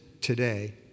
today